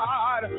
God